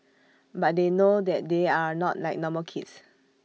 but they know that they are not like normal kids